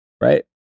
Right